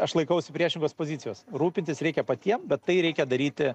aš laikausi priešingos pozicijos rūpintis reikia patiem bet tai reikia daryti